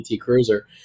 cruiser